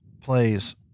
plays